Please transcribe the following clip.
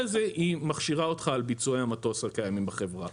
זה היא מכשירה אותך על ביצועי המטוסים הקיימים בחברה.